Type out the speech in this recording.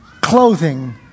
clothing